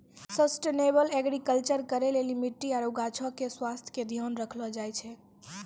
sustainable agriculture करै लेली मट्टी आरु गाछो के स्वास्थ्य के ध्यान राखलो जाय छै